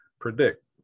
predict